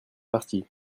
parti